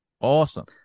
Awesome